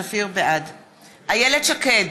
בעד איילת שקד,